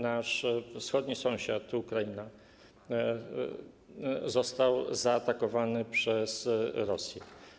Nasz wschodni sąsiad, Ukraina, został zaatakowany przez Rosję.